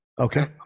Okay